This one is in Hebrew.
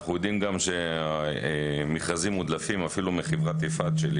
אנחנו יודעים שמכרזים מודלפים אפילו מחברת יפעת שהיא